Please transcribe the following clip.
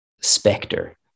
specter